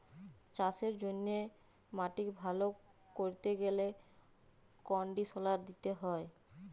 চাষের জ্যনহে মাটিক ভাল ক্যরতে গ্যালে কনডিসলার দিতে হয়